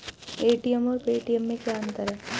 ATM और Paytm में क्या अंतर है?